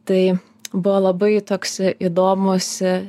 tai buvo labai toks įdomus